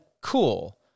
cool